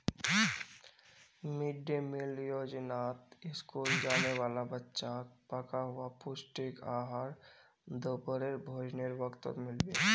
mid day meal योजनात school जाने वाला बच्चाक पका हुआ पौष्टिक आहार दोपहरेर भोजनेर वक़्तत मिल बे